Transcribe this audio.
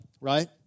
right